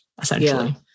essentially